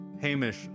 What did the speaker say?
Hamish